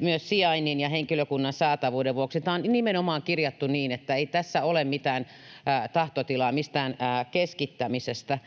myös sijainnin ja henkilökunnan saatavuuden kannalta. Tämä on nimenomaan kirjattu niin, että ei tässä ole mitään tahtotilaa mistään keskittämisestä.